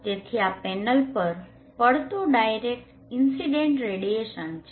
તેથી આ પેનલ પર પડતું ડાયરેક્ટ ઇન્સીડેન્ટ રેડીયેશન છે